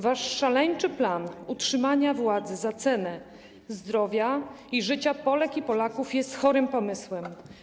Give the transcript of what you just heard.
Wasz szaleńczy plan utrzymania władzy za cenę zdrowia i życia Polek i Polaków jest chorym pomysłem.